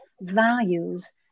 values